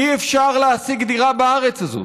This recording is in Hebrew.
אי-אפשר להשיג דירה בארץ הזאת.